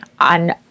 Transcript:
on